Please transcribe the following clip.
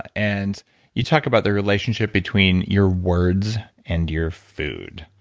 and you talk about the relationship between your words and your food.